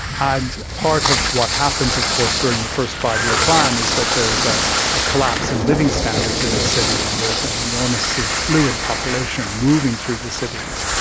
and part of what happens of course during the first five-year plan is that there is ah a collapse in living standards in the city and there is an enormously fluid population moving through the cities.